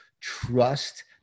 trust